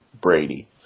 Brady